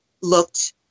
looked